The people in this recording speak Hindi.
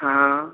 हाँ